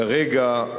כרגע,